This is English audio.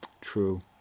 true